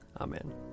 amen